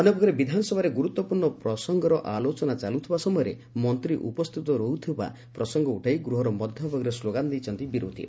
ଅନ୍ୟପକ୍ଷରେ ବିଧାନସଭାରେ ଗୁରୁତ୍ୱପୂର୍ଶ୍ଣ ପ୍ରସଙ୍ଗର ଆଲୋଚନା ଚାଲୁଥିବା ସମୟରେ ମନ୍ତୀ ଉପସ୍ଥିତ ରହୁନଥିବା ପ୍ରସଙ୍ଙ ଉଠାଇ ଗୃହ ମଧ୍ୟଭାଗରେ ସ୍କୋଗାନ ଦେଇଛନ୍ତି ବିରୋଧୀ